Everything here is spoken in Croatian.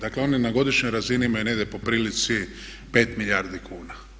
Dakle oni na godišnjoj razini imaju negdje po prilici 5 milijardi kuna.